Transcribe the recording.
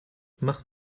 mach